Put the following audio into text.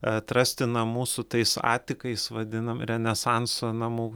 atrasti namų su tais atikais vadinam renesanso namų